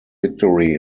victory